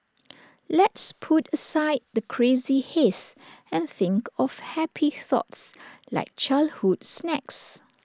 let's put aside the crazy haze and think of happy thoughts like childhood snacks